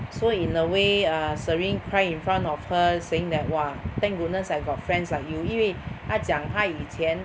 so in a way err Serene cry in front of her saying that !wah! thank goodness I got friends like you 因为她讲她以前